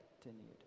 continued